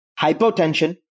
hypotension